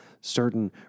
certain